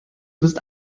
wirst